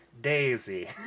Daisy